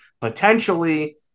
potentially